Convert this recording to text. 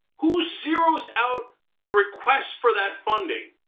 who zeros out the request for that funding?